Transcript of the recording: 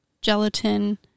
gelatin